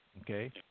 okay